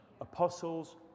Apostles